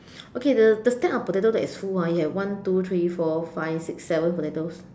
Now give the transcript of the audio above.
okay the the stack of potatoes that is full ah you have one two three four five six seven seven potatoes